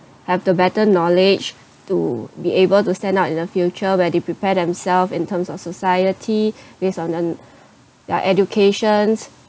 have the better knowledge to be able to stand out in the future where they prepare themselves in terms of society based on uh their educations